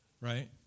Right